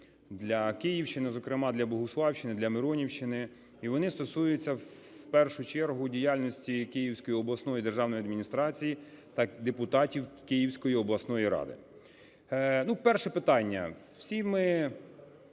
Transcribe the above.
для Київщини, зокрема для Богуславщини, для Миронівщини, і вони стосуються в першу чергу діяльності Київської обласної державної адміністрації та депутатів Київської обласної ради. Перше питання. Всі ми,